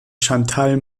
chantal